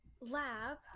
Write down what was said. lab